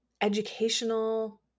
educational